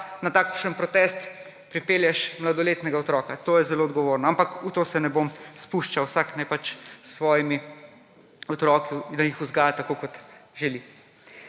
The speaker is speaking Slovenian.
na takšen protest pripelješ mladoletnega otroka. To je zelo odgovorno, ampak v to se ne bom spuščal, vsak naj pač svoje otroke vzgaja, tako kot želi.